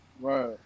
Right